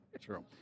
True